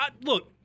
look